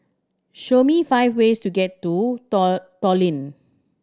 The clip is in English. show me five ways to get to Tallinn